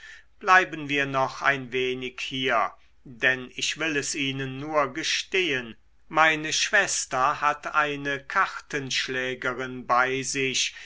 bleiben wir noch ein wenig hier denn ich will es ihnen nur gestehen meine schwester hat eine kartenschlägerin bei sich